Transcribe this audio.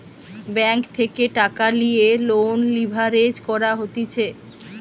bank থেকে টাকা লিয়ে লোন লিভারেজ করা হতিছে